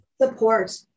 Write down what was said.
Support